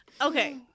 Okay